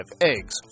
eggs